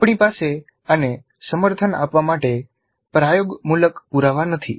આપણી પાસે આને સમર્થન આપવા માટે પ્રયોગમૂલક પુરાવા નથી